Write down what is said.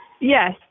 Yes